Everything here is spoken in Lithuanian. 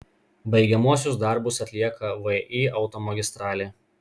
baigiamuosius darbus atlieka vį automagistralė